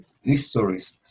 histories